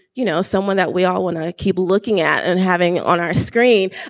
you know, someone that we all want to keep looking at and having on our screen.